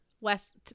West